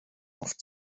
oft